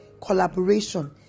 collaboration